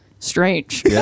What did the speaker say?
Strange